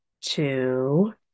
two